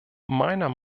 meiner